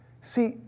See